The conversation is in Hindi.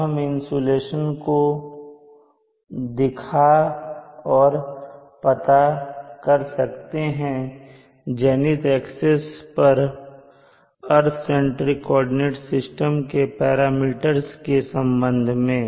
अब हम इंसुलेशन को दिखा और पता कर सकते हैं जेनिथ एक्सिस पर अर्थ सेंट्रिक कोऑर्डिनेट सिस्टम के पैरामीटर्स के संबंध में